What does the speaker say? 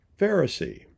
Pharisee